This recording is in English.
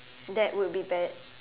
that would be bad